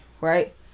right